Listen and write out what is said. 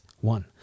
one